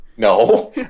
No